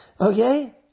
Okay